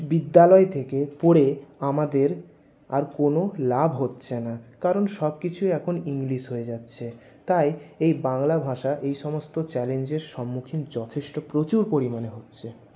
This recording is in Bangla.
বিদ্যালয় থেকে পড়ে আমাদের আর কোনো লাভ হচ্ছে না কারণ সবকিছুই এখন ইংলিশ হয়ে যাচ্ছে তাই এই বাংলা ভাষা এই সমস্ত চ্যালেঞ্জের সম্মুখীন যথেষ্ট প্রচুর পরিমাণে হচ্ছে